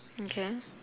okay